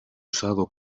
usado